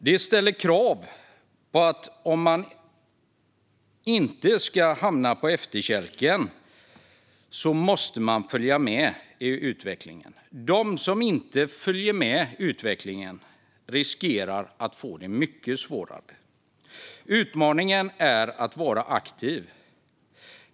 Den ställer krav på att, om man inte ska hamna på efterkälken, följa med i utvecklingen. De som inte följer med utvecklingen riskerar att få det mycket svårare. Utmaningen är att vara aktiv.